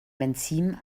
benzin